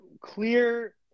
clear